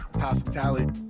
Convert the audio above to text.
Hospitality